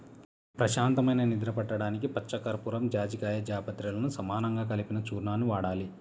ప్రశాంతమైన నిద్ర పట్టడానికి పచ్చకర్పూరం, జాజికాయ, జాపత్రిలను సమానంగా కలిపిన చూర్ణాన్ని వాడాలి